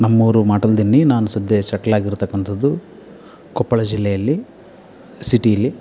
ನಮ್ಮೂರು ಮಾಟಲದಿನ್ನಿ ನಾನು ಸದ್ಯ ಸೆಟ್ಲ್ ಆಗಿರತಕ್ಕಂತದ್ದು ಕೊಪ್ಪಳ ಜಿಲ್ಲೆಯಲ್ಲಿ ಸಿಟೀಲಿ